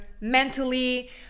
mentally